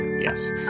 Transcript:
Yes